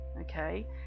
okay